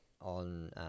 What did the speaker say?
on